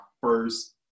first